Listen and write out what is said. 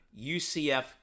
UCF